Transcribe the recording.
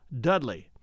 Dudley